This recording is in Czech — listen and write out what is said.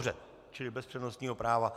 Dobře, čili bez přednostního práva.